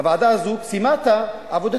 הוועדה הזאת סיימה את עבודתה,